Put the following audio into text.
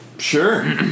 Sure